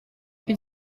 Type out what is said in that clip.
une